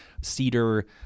cedar